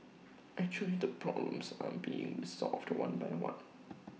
actually the problems are being resolved one by one